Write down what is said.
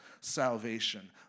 salvation